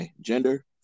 gender